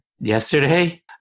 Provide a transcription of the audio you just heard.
yesterday